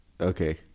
Okay